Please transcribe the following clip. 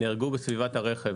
נהרגו בסביבת הרכב.